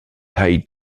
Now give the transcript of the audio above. tai